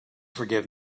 forgive